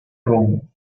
rumbo